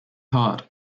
heart